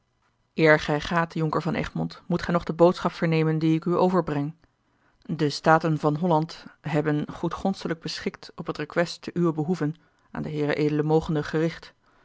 gij gaat jonker van egmond moet gij nog de boodschap vernemen die ik u overbreng de staten van holland hebben goedgonstiglijk beschikt op het request te uwen behoeve aan hed mogenden gericht